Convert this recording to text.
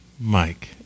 Mike